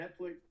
Netflix